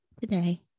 today